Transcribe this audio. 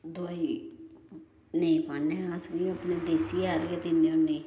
दुआई नेईं पान्ने अस इयांअपनी देसी हैल गै दिन्ने होन्ने